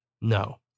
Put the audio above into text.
No